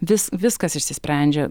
vis viskas išsisprendžia